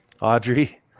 Audrey